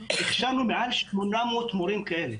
הכשרנו מעל 800 מורים כאלה.